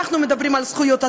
אנחנו מדברים על זכויות אדם,